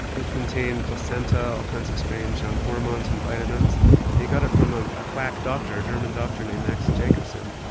it contained placenta, all kinds of strange ah um hormones and vitamins and he got it from ah a quack doctor, a german doctor named max jacobson,